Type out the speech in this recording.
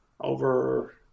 over